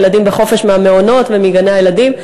הילדים בחופשה מהמעונות ומגני-הילדים.